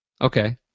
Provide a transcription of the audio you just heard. Okay